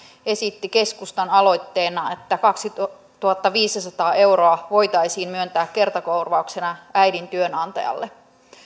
esitti keskustan aloitteena että kaksituhattaviisisataa euroa voitaisiin myöntää kertakorvauksena äidin työnantajalle